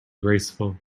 graceful